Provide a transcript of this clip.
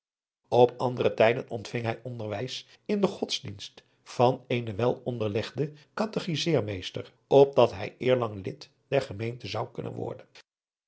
op andere tijden ontving hij onderwijs in den godsdienst van eenen welonderlegden katechizeermeester opdat hij eerlang lid der gemeente zou kunnen worden